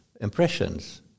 impressions